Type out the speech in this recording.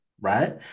right